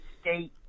state